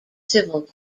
civil